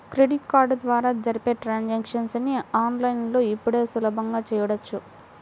credit card ద్వారా జరిపే transactions ని ఆన్ లైన్ లో ఇప్పుడు సులభంగా చూడొచ్చు